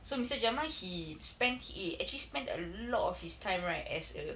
so mister jamal he spent he actually spent a lot of his time right as a